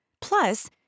Plus